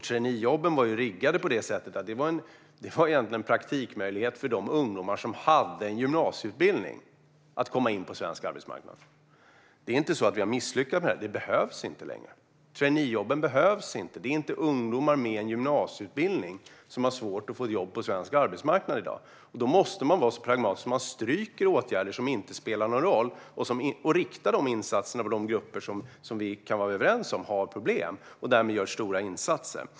Traineejobben var riggade på det sättet att de egentligen var en praktikmöjlighet för de ungdomar som hade gymnasieutbildning, så att de kunde komma in på svensk arbetsmarknad. Det är inte så att vi har misslyckats med det, utan det behövs inte längre. Traineejobben behövs inte. Det är inte ungdomar med gymnasieutbildning som har svårt att få jobb på svensk arbetsmarknad i dag. Man måste vara så pragmatisk att man stryker åtgärder som inte spelar någon roll och i stället riktar insatserna mot de grupper som vi kan vara överens om har problem. Det är där man kan göra stora insatser.